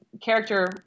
character